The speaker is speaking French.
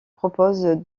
propose